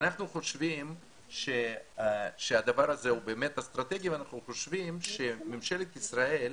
אנחנו חושבים שהדבר הזה הוא באמת אסטרטגי ואנחנו חושבים שממשלת ישראל,